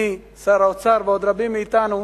אני, שר האוצר ועוד רבים מאתנו